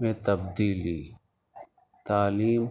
میں تبدیلی تعلیم